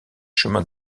chemin